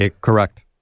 Correct